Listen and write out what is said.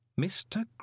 Mr